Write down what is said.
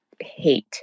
hate